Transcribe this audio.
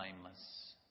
blameless